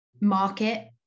market